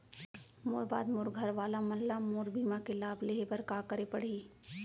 मोर बाद मोर घर वाला मन ला मोर बीमा के लाभ लेहे बर का करे पड़ही?